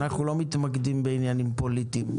אנחנו לא מתמקדים בעניינים פוליטיים.